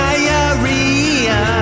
Diarrhea